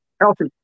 healthy